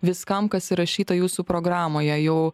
viskam kas įrašyta jūsų programoje jau